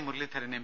Muraleedharan M